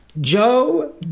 Joe